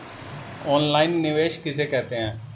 Online निवेश किसे कहते हैं?